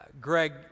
Greg